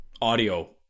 audio